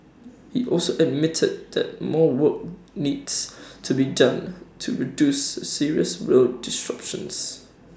he also admitted that more work needs to be done to reduce serious rail disruptions